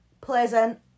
pleasant